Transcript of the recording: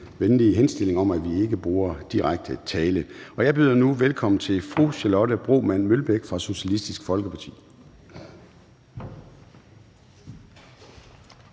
venlig henstilling om, at vi ikke bruger direkte tiltale. Jeg byder nu velkommen til fru Charlotte Broman Mølbæk fra Socialistisk Folkeparti.